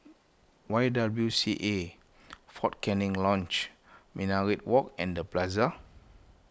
Y W C A fort Canning Lodge Minaret Walk and the Plaza